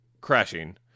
Crashing